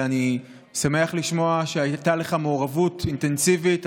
ואני שמח לשמוע שהייתה לך מעורבות אינטנסיבית.